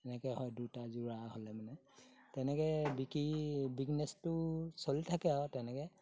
এনেকৈ হয় দুটা যোৰা হ'লে তেনেকৈ বিকি বিগনেছটো চলি থাকে আৰু তেনেকৈ